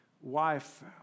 wife